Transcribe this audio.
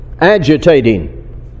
agitating